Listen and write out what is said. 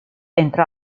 entrò